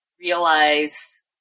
realize